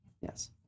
Yes